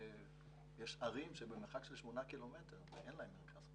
יש ערים שהן במרחק של 8 ק"מ ואין להן מרכז חוסן.